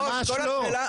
יש חוק שאוסר עלייך.